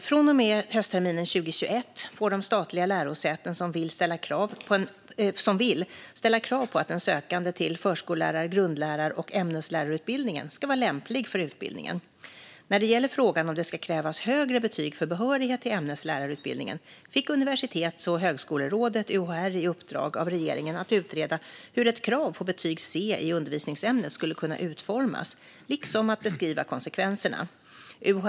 Från och med höstterminen 2021 får de statliga lärosäten som vill ställa krav på att en sökande till förskollärar-, grundlärar och ämneslärarutbildningen ska vara lämplig för utbildningen. När det gäller frågan om det ska krävas högre betyg för behörighet till ämneslärarutbildningen fick Universitets och högskolerådet, UHR, i uppdrag av regeringen att utreda hur ett krav på betyg C i undervisningsämnet skulle kunna utformas liksom att beskriva konsekvenserna.